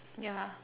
ya